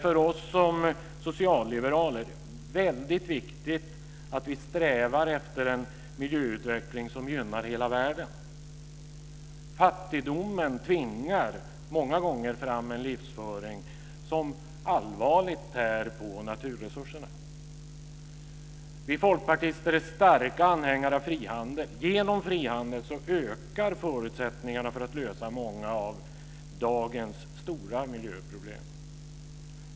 För oss som socialliberaler är det viktigt att vi strävar efter en miljöutveckling som gynnar hela världen. Fattigdomen tvingar många gånger fram en livsföring som allvarligt tär på naturresurserna. Vi folkpartister är starka anhängare av frihandel. Genom frihandel ökar förutsättningarna för att lösa många av dagens stora miljöproblem.